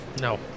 No